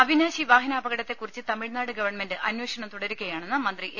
അവിനാശി വാഹനാപകടത്തെക്കുറിച്ച് തമിഴ്നാട് ഗവൺമെന്റ് അന്വേഷണം തുടരുകയാണെന്ന് മന്ത്രി എ